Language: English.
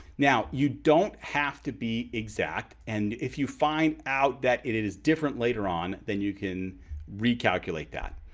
now you don't have to be exact. and if you find out that it it is different later on, then you can recalculate that.